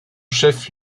chef